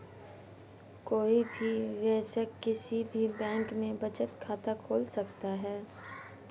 कोई भी वयस्क किसी भी बैंक में बचत खाता खोल सकता हैं